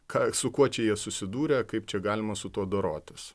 ką su kuo čia jie susidūrė kaip čia galima su tuo dorotis